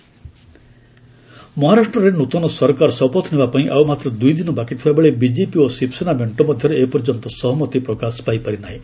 ମହା ଗଭର୍ଣ୍ଣମେଣ୍ଟ ମହାରାଷ୍ଟ୍ରରେ ନୃତନ ସରକାର ଶପଥ ନେବା ପାଇଁ ଆଉ ମାତ୍ର ଦୁଇ ଦିନ ବାକି ଥିବାବେଳେ ବିଜେପି ଓ ଶିବସେନା ମେଣ୍ଟ ମଧ୍ୟରେ ଏ ପର୍ଯ୍ୟନ୍ତ ସହମତି ପ୍ରକାଶ ପାଇପାରି ନାହିଁ